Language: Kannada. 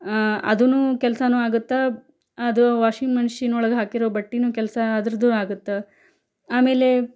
ಅದೂನು ಕೆಲಸನೂ ಆಗುತ್ತೆ ಅದು ವಾಷಿಂಗ್ ಮಷೀನ್ ಒಳಗೆ ಹಾಕಿರುವ ಬಟ್ಟೆಯೂ ಕೆಲಸ ಅದ್ರದ್ದು ಆಗುತ್ತೆ ಆಮೇಲೆ